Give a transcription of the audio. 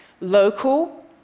Local